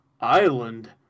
island